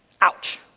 Ouch